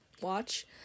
watch